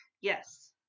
Yes